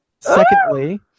secondly